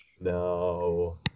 No